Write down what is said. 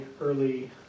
early